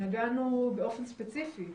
נגענו באופן ספציפי,